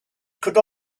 could